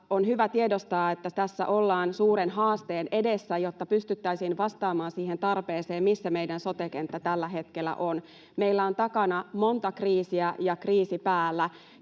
on hyvä tiedostaa, että tässä ollaan suuren haasteen edessä, jotta pystyttäisiin vastaamaan siihen tarpeeseen, missä meidän sote-kenttä tällä hetkellä on. Meillä on takana monta kriisiä ja kriisi päällä,